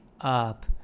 up